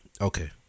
okay